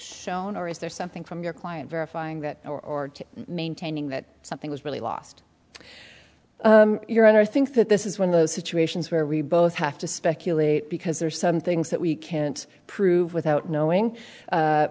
shown or is there something from your client verifying that or maintaining that something was really lost your honor i think that this is one of those situations where we both have to speculate because there are some things that we can't prove without knowing